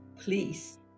Please